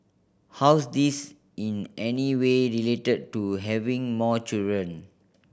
how's this in any way related to having more children